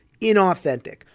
inauthentic